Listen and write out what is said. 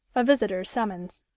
a visitor's summons.